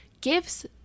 gives